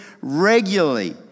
regularly